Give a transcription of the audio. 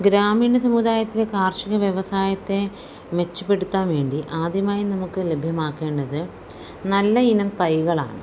ഗ്രാമീണ സമുദായത്തിലെ കാർഷിക വ്യവസായത്തെ മെച്ചപ്പെടുത്താൻ വേണ്ടി ആദ്യമായി നമുക്ക് ലഭ്യമാക്കേണ്ടത് നല്ല ഇനം തൈകളാണ്